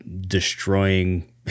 destroying